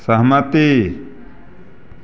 सहमति